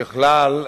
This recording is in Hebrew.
ככלל,